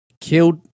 killed